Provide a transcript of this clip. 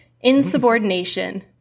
insubordination